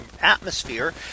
atmosphere